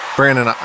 Brandon